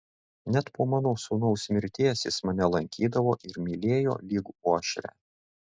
net po mano sūnaus mirties jis mane lankydavo ir mylėjo lyg uošvę